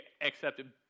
accepted